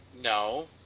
No